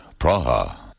Praha